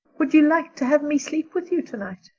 would you like to have me sleep with you tonight?